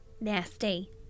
Nasty